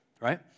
right